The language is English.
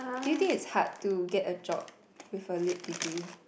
do you think is hard to get a job with a leak degree